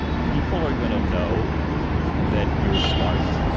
people are going to know that you're smart.